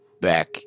back